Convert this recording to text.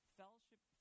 fellowship